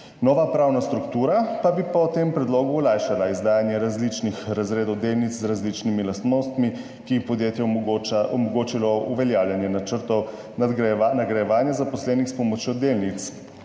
Nova pravna struktura pa bi po tem predlogu olajšala izdajanje različnih razredov delnic z različnimi lastnostmi, kar bi podjetju omogočilo uveljavljanje načrtov, nagrajevanje zaposlenih s pomočjo delnic,